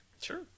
sure